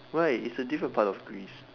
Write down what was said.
why is a different part of Greece